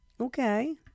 Okay